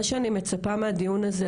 מה שאני מצפה מהדיון הזה,